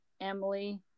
emily